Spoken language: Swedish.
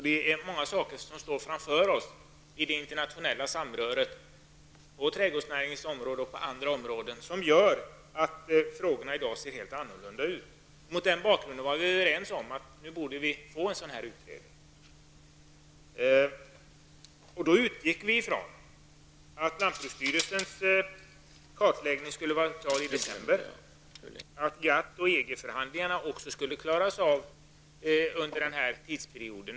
Det är också andra saker som ligger framför oss i det internationella samröret på trädgårdsnäringens område och på andra områden som gör att frågorna i dag ser helt annorlunda ut. Mot denna bakgrund var vi överens om att en utredning borde tillsättas. Då utgick vi från att lantbruksstyrelsens kartläggning skulle vara klar i december och att GATT och EG-förhandlingarna också skulle klaras av under denna tidsperiod.